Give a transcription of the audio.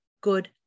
good